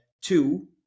two